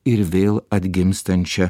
ir vėl atgimstančią